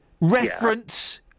reference